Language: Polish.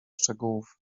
szczegółów